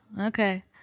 okay